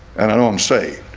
and i know i'm saved